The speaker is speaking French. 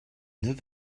neuf